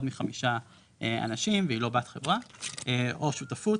מחמישה אנשים והיא לא בת-חברה או שותפות,